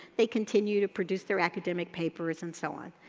they continue to produce their academic papers and so on.